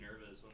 nervous